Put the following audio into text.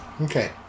Okay